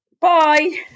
Bye